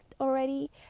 already